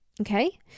okay